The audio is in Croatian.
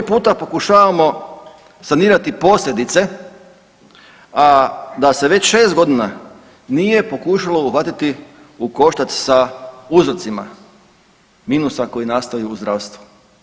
Po koji puta pokušavamo sanirati posljedice, a da se već šest godina nije pokušalo uhvatiti u koštac sa uzrocima minusa koji nastaju u zdravstvu?